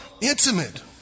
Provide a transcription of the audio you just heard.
intimate